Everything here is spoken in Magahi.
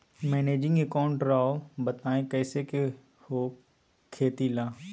मैनेजिंग अकाउंट राव बताएं कैसे के हो खेती ला?